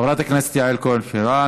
חברת הכנסת יעל כהן-פארן.